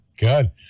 Good